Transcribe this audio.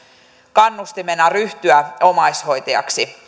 kannustimena ryhtyä omaishoitajaksi